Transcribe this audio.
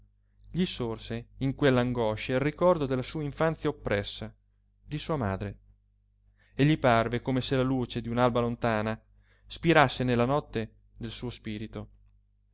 sorse in quell'angoscia il ricordo della sua infanzia oppressa di sua madre e gli parve come se la luce di un'alba lontana spirasse nella notte del suo spirito